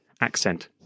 accent